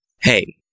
Hey